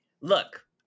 Look